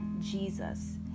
Jesus